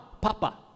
Papa